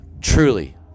Truly